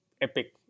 epic